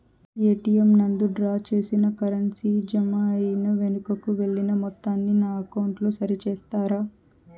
ATM నందు draw చేసిన currency జామ అయి వెనుకకు వెళ్లిన మొత్తాన్ని నా అకౌంట్ లో సరి చేస్తారా?